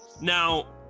now